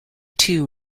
two